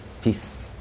Peace